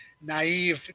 naive